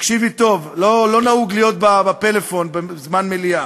תקשיבי טוב, לא נהוג לדבר בפלאפון במליאה,